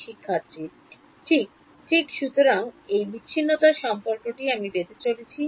ঠিক ঠিক সুতরাং এই বিচ্ছিন্নতার সম্পর্কটি আমি পেতে যাচ্ছি